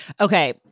Okay